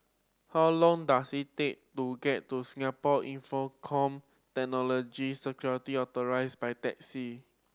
how long does it take to get to Singapore Infocomm Technology Security by taxi